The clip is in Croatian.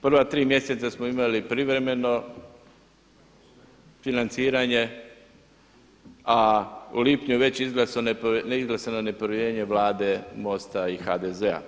Prva tri mjeseca smo imali privremeno financiranje, a u lipnju je već izglasano nepovjerenje Vlade MOST-a i HDZ-a.